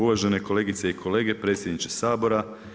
Uvažene kolegice i kolege, predsjedniče Sabora.